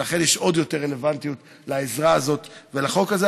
ולכן יש עוד יותר רלוונטיות לעזרה הזאת ולחוק הזה.